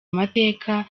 amateka